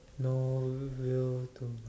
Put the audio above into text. no real to mah